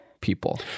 people